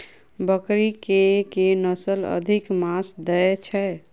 बकरी केँ के नस्ल अधिक मांस दैय छैय?